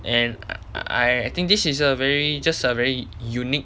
and I I think this is a very just a very unique